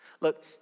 look